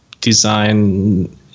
design